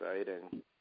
exciting